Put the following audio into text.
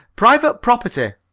private property!